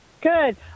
Good